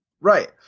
Right